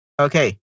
Okay